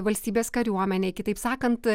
valstybės kariuomenei kitaip sakant